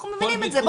אנחנו מבינים את זה.